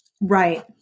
Right